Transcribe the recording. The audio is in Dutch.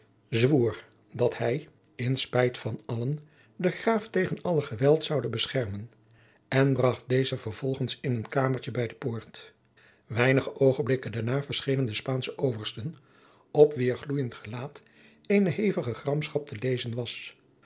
zwoer dat hij in spijt van allen den graaf tegen alle geweld zoude beschermen en bracht dezen vervolgens in een kamertje bij de poort weinige oogenblikken daarna verschenen de spaansche oversten op wier gloeiend gelaat eene hevige gramschap te lezen was